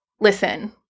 Listen